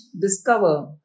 discover